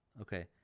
Okay